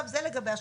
זה לגבי השקרים.